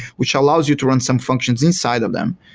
which allows you to run some functions inside of them.